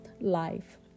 life